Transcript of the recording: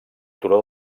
turó